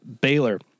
Baylor